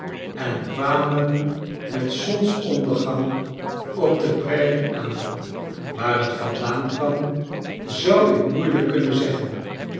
en kwamen met zons-ondergang op de prairie aan waar t vandaan kwam zouikmoeilijkkunnen zeggen